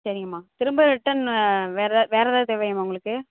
சரிங்கம்மா திரும்ப ரிட்டன் வேறு எதை வேறு எதாவது தேவையாம்மா உங்களுக்கு